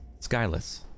Skyless